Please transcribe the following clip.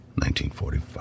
1945